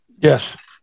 Yes